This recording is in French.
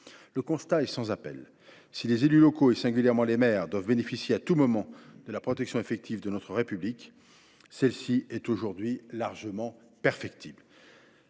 Le constat est sans appel : si les élus locaux, singulièrement les maires, doivent bénéficier à tout moment de la protection effective de notre République, celle ci est aujourd’hui largement perfectible.